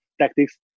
tactics